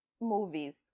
movies